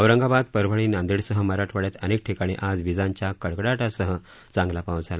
औरंगाबाद परभणी नांदेडसह मराठवाड्यात अनेक ठिकाणी आज विजांच्या कडकडाटासह चांगला पाऊस झाला